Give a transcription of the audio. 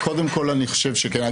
קודם כול אני חושב שכן,